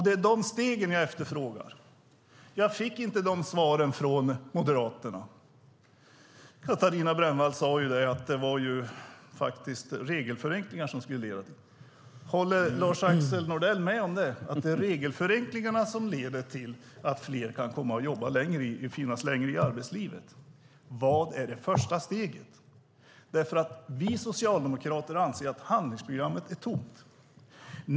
Det är de stegen jag efterfrågar. Jag fick inte de svaren från Moderaterna. Katarina Brännström sade att det var regelförenklingar som skulle leda till detta. Håller Lars-Axel Nordell med om att det är regelförenklingarna som leder till att fler kan finnas längre i arbetslivet? Vad är det första steget? Vi socialdemokrater anser att handlingsprogrammet är tomt.